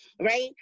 right